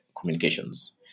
Communications